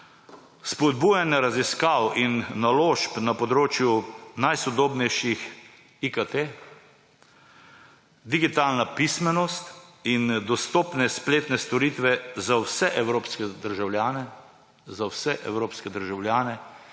spodbujanje raziskav in naložb na področju najsodobnejših IKT, digitalna pismenost in dostopne spletne storitve za vse evropske državljane.